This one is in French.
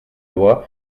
loi